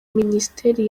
minisiteri